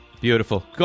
Beautiful